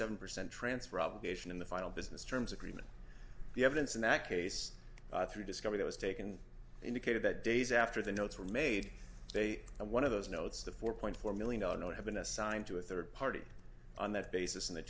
seven percent transfer obligation in the final business terms agreement the evidence in that case through discovery that was taken indicated that days after the notes were made they one of those notes the four point four million dollar note had been assigned to a third party on that basis in the